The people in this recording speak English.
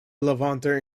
levanter